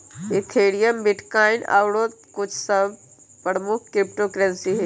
Ethereum, bitcoin आउरो सभ कुछो प्रमुख क्रिप्टो करेंसी हइ